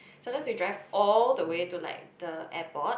sometimes we drive all the way to like the airport